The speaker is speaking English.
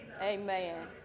Amen